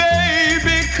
Baby